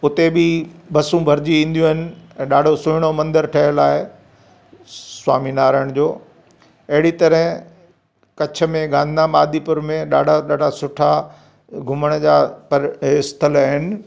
उते बि बसूं भरजी ईंदियूं आहिनि ऐं ॾाढो सुहिणो मंदिर ठहियल आहे स्वामी नारायण जो अहिड़ी तरह कच्छ में गांधीधाम आदिपुर ॾाढा ॾाढा सुठा घुमण जा पर स्थलु आहिनि